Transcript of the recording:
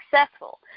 successful